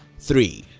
three.